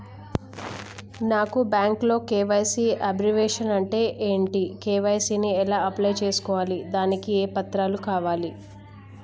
నాకు బ్యాంకులో KYC abbreviation అంటే ఏంటి కే.వై.సీ ని ఎలా అప్లై చేసుకోవాలి దానికి ఏ పత్రాలు కావాలి?